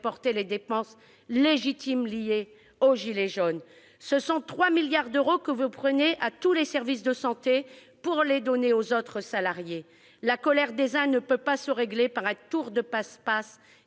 les dépenses légitimes liées aux « gilets jaunes ». Ce sont 3 milliards d'euros que vous prenez à tous les services de santé pour les donner aux autres salariés. La colère des uns ne peut pas se régler par un tour de passe-passe